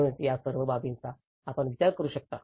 म्हणूनच या सर्व बाबींचा आपण विचार करू शकता